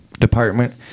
department